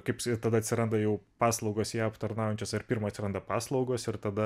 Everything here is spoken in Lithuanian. kaip sakyt tada atsiranda jau paslaugos ją aptarnaujančias ar pirma atsiranda paslaugos ir tada